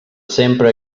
sempre